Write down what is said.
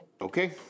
Okay